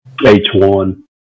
h1